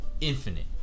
infinite